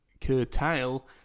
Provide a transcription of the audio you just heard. curtail